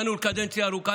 באנו לקדנציה ארוכה,